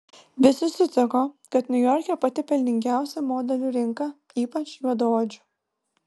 visi sutiko kad niujorke pati pelningiausia modelių rinka ypač juodaodžių